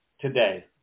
today